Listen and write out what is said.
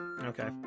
Okay